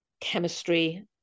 chemistry